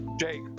Jake